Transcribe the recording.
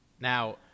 Now